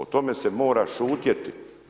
O tome se mora šutjeti.